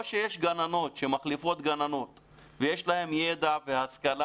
או שיש גננות שמחליפות גננות ויש להן ידע והשכלה